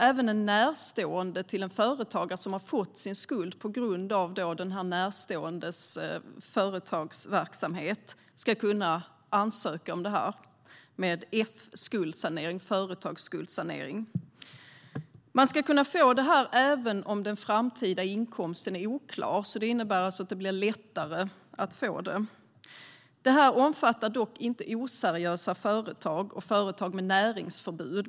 Även en närstående till en företagare som har fått sin skuld på grund av den närståendes företagsverksamhet ska kunna ansöka om F-skuldsanering, företagsskuldsanering. Man ska kunna få det här även om den framtida inkomsten är oklar. Det innebär alltså att det blir lättare att få den här skuldsaneringen. Det här omfattar dock inte oseriösa företag och företag med näringsförbud.